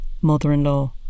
mother-in-law